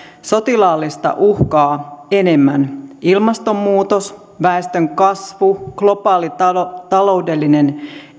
sotilaallista uhkaa enemmän ilmastonmuutos väestönkasvu globaali taloudellinen